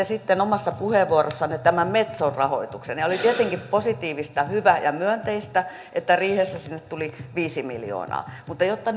sitten omassa puheenvuorossanne metson rahoituksen ja ja oli tietenkin positiivista hyvää ja myönteistä että riihessä sinne tuli viisi miljoonaa mutta jotta